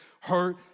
hurt